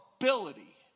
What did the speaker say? ability